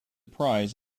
prize